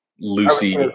Lucy